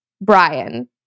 Brian